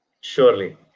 Surely